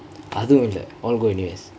அது இல்ல:athu illa all N_U_S